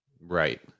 Right